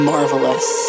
Marvelous